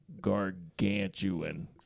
gargantuan